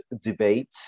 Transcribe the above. debate